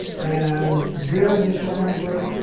and their initial number